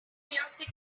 music